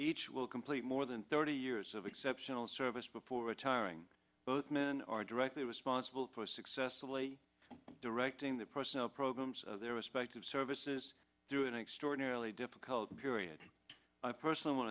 each will complete more than thirty years of exceptional service before retiring both men are directly responsible for successfully directing the personal programs of their respective services through an extraordinarily difficult period i personally want